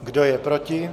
Kdo je proti?